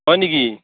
হয় নেকি